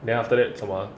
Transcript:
then after that 什么 ah